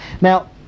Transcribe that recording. Now